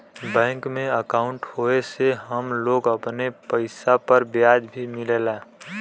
bank में अंकाउट होये से हम लोग अपने पइसा पर ब्याज भी मिलला